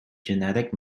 genetic